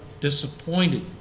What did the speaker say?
disappointed